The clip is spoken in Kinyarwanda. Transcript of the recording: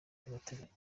by’agateganyo